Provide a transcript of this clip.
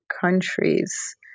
countries